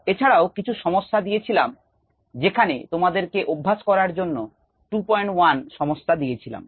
এছাড়াও কিছু সমস্যা দিয়েছিলাম যেখানে তোমাদেরকে অভ্যাস করার জন্য 21 সমস্যা দিয়েছিলাম